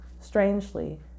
strangely